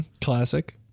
Classic